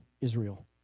Israel